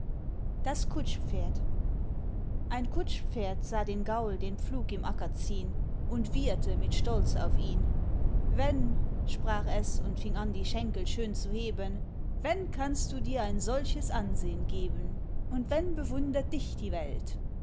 das kutschpferd ein kutschpferd sah den gaul den pflug im acker ziehn und wieherte mit stolz auf ihn wenn sprach es und fing an die schenkel schön zu heben wenn kannst du dir ein solches ansehn geben und wenn bewundert dich die welt